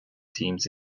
teams